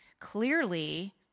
Clearly